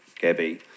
Gabby